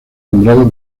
nombrado